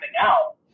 out